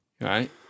Right